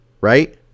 Right